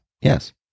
yes